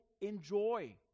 enjoy